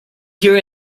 here